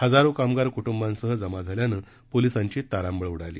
हजारो कामगार कृटुंबांसह जमा झाल्यानं पोलिसांची तारांबळ उडाली